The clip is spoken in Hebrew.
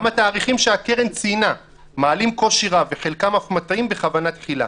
גם התאריכים שהקרן ציינה מעלים קושי רב וחלקם אף מטעים בכוונה תחילה.